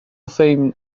framed